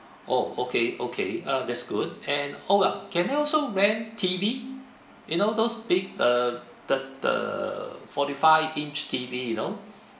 oh okay okay uh that's good and oh ya can I also rent T_V you know those big uh that the forty five inch T_V you know